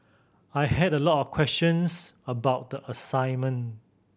I had a lot of questions about the assignment